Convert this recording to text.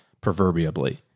proverbially